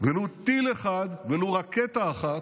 ולו טיל אחד, ולו רקטה אחת,